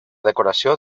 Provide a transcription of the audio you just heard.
decoració